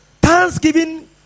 Thanksgiving